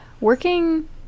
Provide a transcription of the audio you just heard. working